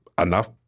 enough